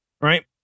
right